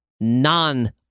Non